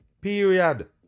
Period